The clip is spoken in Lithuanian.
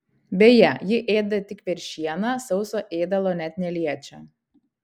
beje ji ėda tik veršieną sauso ėdalo net neliečia